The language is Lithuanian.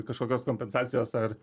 kažkokios kompensacijos ar